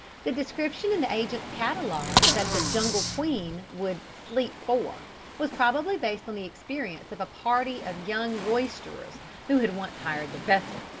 the description in the agent's catalogue that the jungle queen would sleep four was probably based on the experience of a party of young roisterers who had once hired the vessel.